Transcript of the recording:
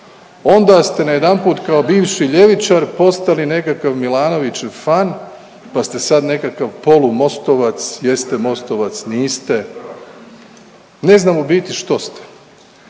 Onda ste najedanput kao bivši ljevičar postali nekakav Milanovićev fan, pa ste sad nekakav polu Mostovac, jeste Mostovac, niste. Ne znam u biti što ste.